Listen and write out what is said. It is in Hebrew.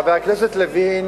חבר הכנסת לוין